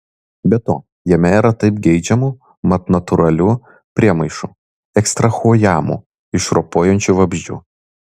be to jame yra taip geidžiamų mat natūralių priemaišų ekstrahuojamų iš ropojančių vabzdžių